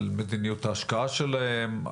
על מדיניות ההשקעה שלהן,